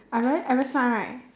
I very I very smart right